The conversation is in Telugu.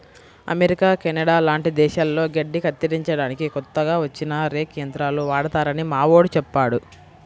అమెరికా, కెనడా లాంటి దేశాల్లో గడ్డి కత్తిరించడానికి కొత్తగా వచ్చిన రేక్ యంత్రాలు వాడతారని మావోడు చెప్పాడు